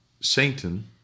Satan